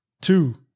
two